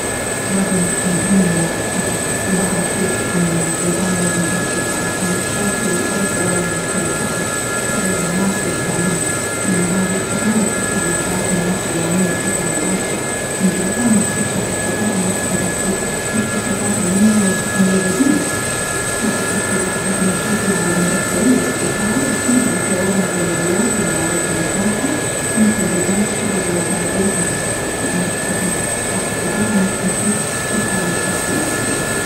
هذي نقطة مهمة ومعقدة. البعض يشوف إن البلدان لازم تركز على حل المشاكل على الأرض أولًا، مثل الفقر، التغير المناخي، والتعليم، لأن هذي القضايا تأثر على حياة الناس اليومية بشكل مباشر. من جهة ثانية، استكشاف الفضاء ممكن يؤدي لاكتشافات علمية وتقنية جديدة تساعد في حل بعض هذي المشاكل على المدى الطويل. القرار يعتمد على توازن الأولويات والموارد المتاحة. ممكن البلدان تشتغل على الجانبين في نفس الوقت، لأن التقدم في استكشاف الفضاء ممكن يفيد في حل المشاكل الأرضية.